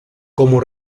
como